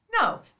No